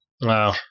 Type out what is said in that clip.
Wow